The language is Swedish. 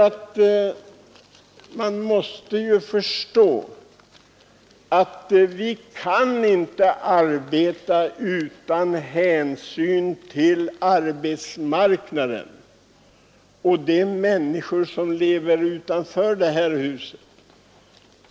Vi kan inte agera i detta fall utan att ta hänsyn till arbetsmarknaden i övrigt och till de människor som lever utanför detta hus.